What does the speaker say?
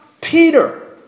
Peter